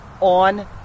on